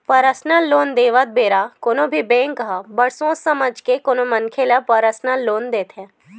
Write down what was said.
personal loan देवत बेरा कोनो भी बेंक ह बड़ सोच समझ के कोनो मनखे ल परसनल लोन देथे